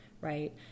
right